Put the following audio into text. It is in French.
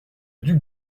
duc